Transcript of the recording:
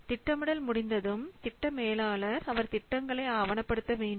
திட்டமிடல் முடிந்ததும் திட்ட மேலாளர் அவர் திட்டங்களை ஆவணப்படுத்த வேண்டும்